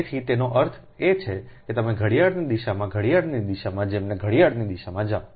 તેથી તેનો અર્થ એ છે કે તમે ઘડિયાળની દિશામાં ઘડિયાળની દિશામાં જમણે ઘડિયાળની દિશામાં જાઓ